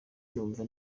numva